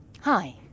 Hi